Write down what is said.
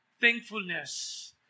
thankfulness